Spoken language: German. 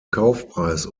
kaufpreis